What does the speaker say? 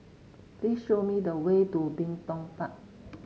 please show me the way to Bin Tong Park